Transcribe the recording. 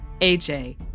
AJ